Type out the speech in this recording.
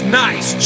nice